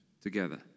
together